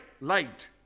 light